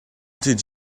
did